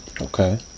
okay